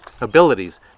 abilities